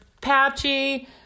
patchy